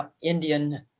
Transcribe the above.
Indian